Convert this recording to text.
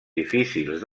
difícils